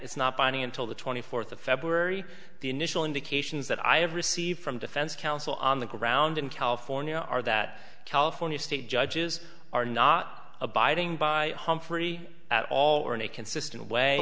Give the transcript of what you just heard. it's not binding until the twenty fourth of february the initial indications that i have received from defense counsel on the ground in california are that california state judges are not abiding by humphry at all or in a consistent way